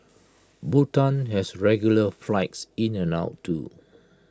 Bhutan has regular flights in and out too